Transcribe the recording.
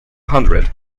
hundred